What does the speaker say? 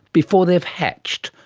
before they've hatched,